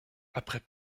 après